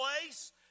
place